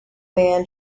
man